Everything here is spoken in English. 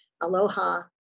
Aloha